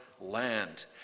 land